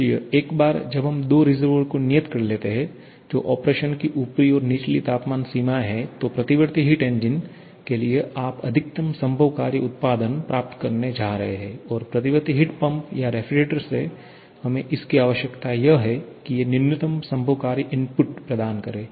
इसलिए एक बार जब हम दो रिसर्वोयर को नियत कर लेते हैं जो ऑपरेशन की ऊपरी और निचली तापमान सीमाएं हैं तो प्रतिवर्ती हिट इंजन के लिए आप अधिकतम संभव कार्य उत्पादन प्राप्त करने जा रहे हैं और प्रतिवर्ती हिट पंप या रेफ्रिजरेटर से हमें इसकी आवश्यकता यह है की ये न्यूनतम संभव कार्य इनपुट प्रदान करें